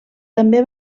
també